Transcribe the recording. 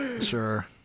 Sure